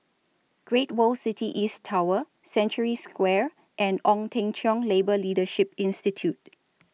Great World City East Tower Century Square and Ong Teng Cheong Labour Leadership Institute